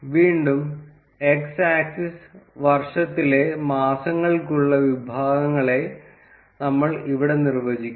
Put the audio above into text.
വീണ്ടും x axis വർഷത്തിലെ മാസങ്ങൾക്കുള്ള വിഭാഗങ്ങളെ നമ്മൾ ഇവിടെ നിർവ്വചിക്കും